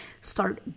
start